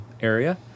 area